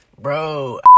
Bro